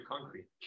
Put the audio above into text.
concrete